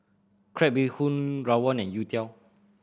crab bee hoon rawon and youtiao